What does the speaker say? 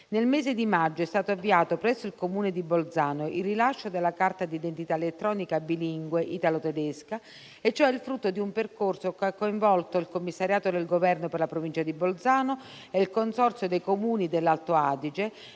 Nel mese di maggio è stato avviato presso il Comune di Bolzano il rilascio della carta d'identità elettronica bilingue italo-tedesca. Ciò è il frutto di un percorso che ha coinvolto il Commissariato del Governo per la Provincia di Bolzano e il Consorzio dei Comuni dell'Alto Adige.